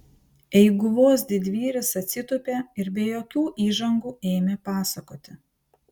eiguvos didvyris atsitūpė ir be jokių įžangų ėmė pasakoti